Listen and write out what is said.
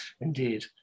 Indeed